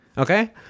Okay